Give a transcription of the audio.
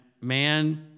man